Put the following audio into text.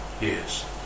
Yes